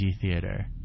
theater